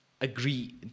Agree